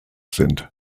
sind